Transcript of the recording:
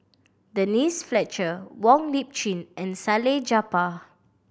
Denise Fletcher Wong Lip Chin and Salleh Japar